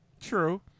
True